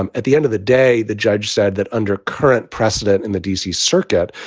um at the end of the day, the judge said that under current precedent in the d c. circuit,